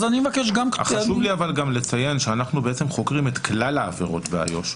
אבל חשוב לי לציין שאנחנו חוקרים את כלל העבירות באיו"ש,